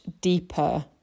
deeper